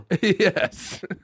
Yes